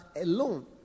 alone